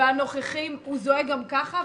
הוא זועק גם ככה,